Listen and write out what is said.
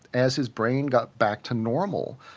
as his brain got back to normal,